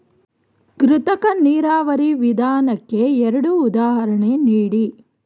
ಕೃತಕ ನೀರಾವರಿ ವಿಧಾನಕ್ಕೆ ಎರಡು ಉದಾಹರಣೆ ನೀಡಿ?